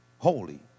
holy